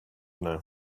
know